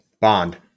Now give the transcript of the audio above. Bond